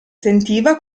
sentiva